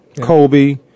Kobe